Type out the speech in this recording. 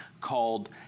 called